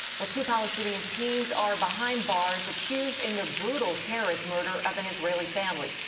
well, two palestinian teens are behind bars, accused in the brutal terrorist murder of an israeli family.